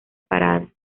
separada